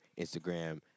Instagram